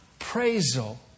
appraisal